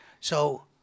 So-